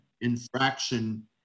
infraction